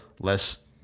Less